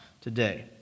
today